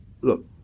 look